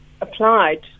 applied